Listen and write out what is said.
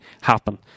happen